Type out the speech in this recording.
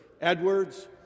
Edwards